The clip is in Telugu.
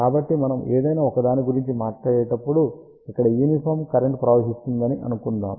కాబట్టి మనం ఏదైనా ఒకదాని గురించి మాట్లాడేటప్పుడు ఇక్కడ యూనిఫాం కరెంట్ ప్రవహిస్తుందని అనుకుందాం